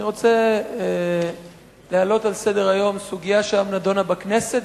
אני רוצה להעלות על סדר-היום סוגיה שנדונה היום בכנסת,